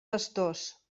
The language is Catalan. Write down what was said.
pastors